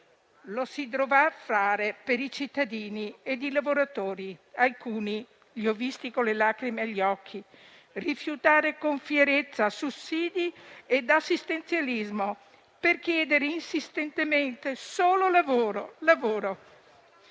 Lo si dovrà fare per i cittadini ed i lavoratori. Alcuni li ho visti con le lacrime agli occhi rifiutare con fierezza sussidi ed assistenzialismo per chiedere insistentemente solo lavoro. Mancare